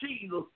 Jesus